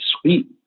sweet